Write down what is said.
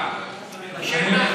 הקמפיין,